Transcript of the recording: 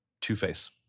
Two-Face